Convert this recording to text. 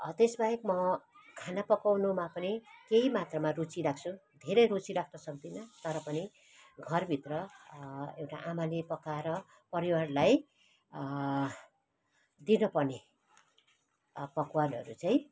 त्यस बाहेक म खाना पकाउनुमा पनि केही मात्रामा रुचि राख्छु धेरै रुचि राख्न सक्दिनँ तर पनि घरभित्र एउटा आमाले पकाएर परिवारलाई दिन पर्ने पकवानहरू चाहिँ